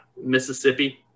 Mississippi